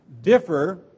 differ